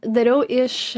dariau iš